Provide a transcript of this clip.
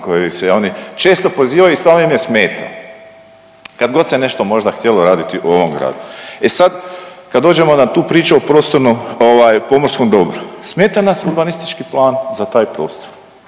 koji se oni često pozivaju i stalno im je smetao kad god se nešto možda htjelo raditi u ovom gradu. E sad kad dođemo na tu priču o prostornom ovaj pomorskom dobru, smeta nas urbanistički plan za taj prostor